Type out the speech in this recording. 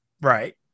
Right